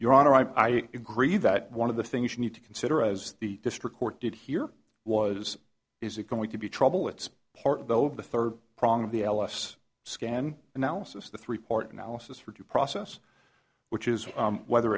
your honor i agree that one of the things you need to consider as the district court did here was is it going to be trouble it's part of the third prong of the ls scan analysis the three part analysis for due process which is whether